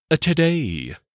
Today